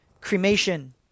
cremation